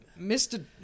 Mr